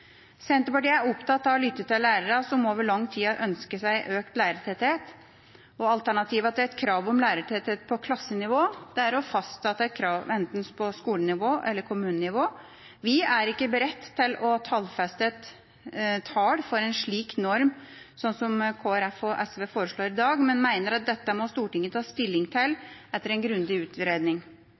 Senterpartiet er opptatt av å lytte til lærerne, som over lang tid har ønsket seg økt lærertetthet. Alternativene til et krav om lærertetthet på klassenivå er å fastsette et krav enten på skolenivå eller på kommunenivå. Vi er ikke beredt til å tallfeste tall for en slik norm, slik Kristelig Folkeparti og SV foreslår i dag, men mener at dette må Stortinget ta stilling til etter en grundig utredning.